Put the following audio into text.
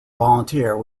volunteer